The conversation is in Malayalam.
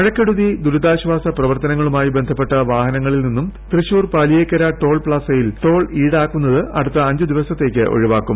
മഴക്കെടുതി ദുരിതാശ്ചാസ പ്രവർത്തനങ്ങളുമായി ബന്ധപ്പെട്ട വാഹനങ്ങളിൽ നിന്ന് തൃശൂർ പാലിയേക്കര ടോൾ പ്ലാസയിൽ ടോൾ ഈടാക്കുന്നത് അടുത്ത അഞ്ച് ദിവസത്തേക്ക് ഒഴിവാക്കും